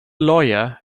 lawyer